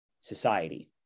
society